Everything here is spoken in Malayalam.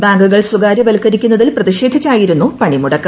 ബാങ്കുകൾ സ്വകാര്യവൽക്കരിക്കുന്നതിൽ പതിഷേധിച്ചായിരുന്നു പണിമുടക്ക്